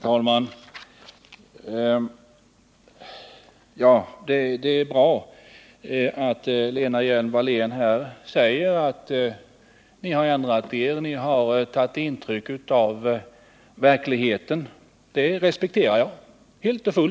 Herr talman! Det är bra att Lena Hjelm-Wallén här säger att socialdemokraterna har ändrat sig och tagit intryck av verkligheten. Det respekterar jag helt och fullt.